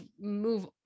move